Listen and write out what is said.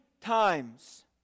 times